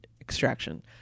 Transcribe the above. extraction